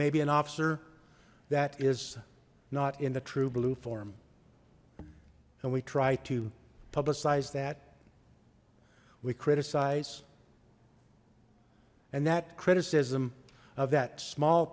maybe an officer that is not in the true blue form and we try to publicize that we criticize and that criticism of that small